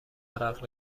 عرق